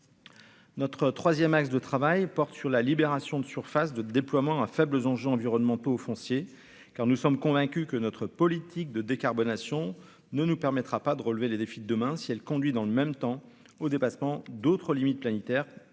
Notre 3ème axe de travail porte sur la libération de surface de déploiement à faibles enjeux environnementaux foncier, car nous sommes convaincus que notre politique de décarbonation ne nous permettra pas de relever les défis de demain si elle conduit dans le même temps au dépassement d'autres limites planétaires